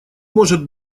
может